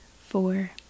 four